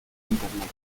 internet